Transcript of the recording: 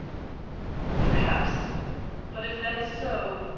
perhaps but if that is so,